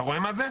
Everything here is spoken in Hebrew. אתה רואה מה זה?